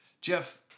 Jeff